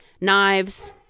Knives